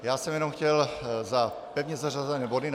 Já jsem jenom chtěl za pevně zařazené body na dnešek